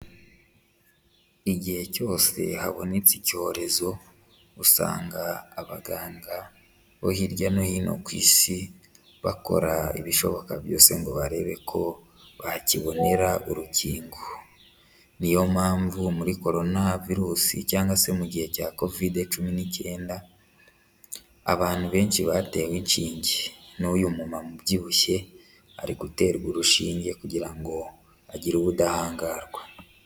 Igihe cyose habonetse icyorezo usanga abaganga bo hirya no hino ku isi bakora ibishoboka byose ngo barebe ko bakibonera urukingo, niyo mpamvu muri corona virusi cyangwa se mu gihe cya covide cumi n'icyenda abantu benshi batewe inshinge, n'uyu mumtu ubyibushye ari guterwa urushinge kugira ngo agire ubudahangarwa.